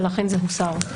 ולכן זה הוסר.